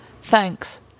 Thanks